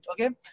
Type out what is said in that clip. okay